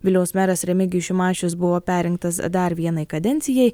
vilniaus meras remigijus šimašius buvo perrinktas dar vienai kadencijai